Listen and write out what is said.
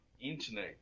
internet